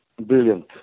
brilliant